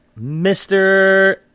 Mr